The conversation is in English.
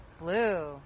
Blue